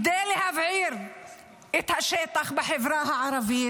-- את השטח בחברה הערבית.